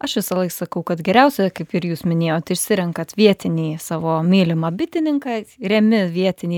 aš visąlaik sakau kad geriausia kaip ir jūs minėjot išsirenkat vietinį savo mylimą bitininką remi vietinį